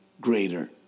greater